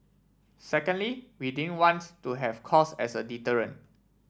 secondly we didn't wants to have cost as a deterrent